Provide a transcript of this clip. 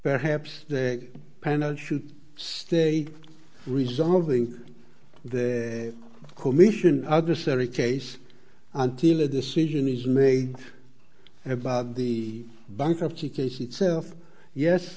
perhaps the panel should stay resolving the commission other sorry case until a decision is made about the bankruptcy case itself yes